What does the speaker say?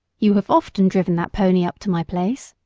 you have often driven that pony up to my place,